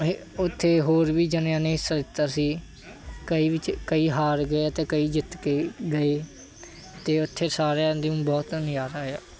ਇਹ ਉੱਥੇ ਹੋਰ ਵੀ ਜਣਿਆਂ ਨੇ ਹਿੱਸਾ ਲਿੱਤਾ ਸੀ ਕਈ ਵਿੱਚ ਕਈ ਹਾਰ ਗਏ ਅਤੇ ਕਈ ਜਿੱਤ ਕੇ ਗਏ ਅਤੇ ਉੱਥੇ ਸਾਰਿਆਂ ਦੇ ਬਹੁਤ ਨਜ਼ਾਰਾ ਆਇਆ